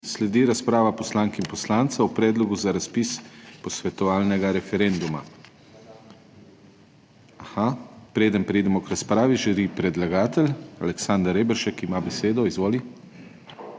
Sledi razprava poslank in poslancev o predlogu za razpis posvetovalnega referenduma. Aha, preden preidemo k razpravi, želi še predlagatelj. Aleksander Reberšek ima besedo. Izvoli.